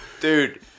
Dude